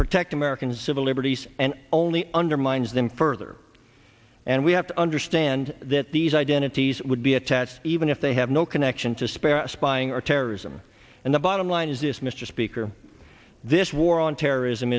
protect american civil liberties and only undermines them further and we have to understand that these identities would be attached even if they have no connection to spare spying or terrorism and the bottom line is this mr speaker this war on terrorism